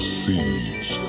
seeds